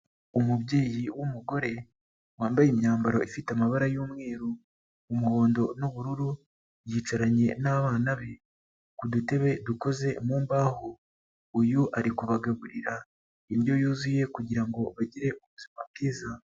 Umubyeyi w'umugore, wambaye imyambaro ifite amabara y'umweru, umuhondo, n'ubururu. Yicaranye n'abana be, ku dutebe dukoze mu mbaho, uyu ari kubagaburira indyo yuzuye ,kugira ngo bagire ubuzima bwiza.